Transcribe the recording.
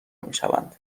میشوند